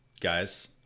guys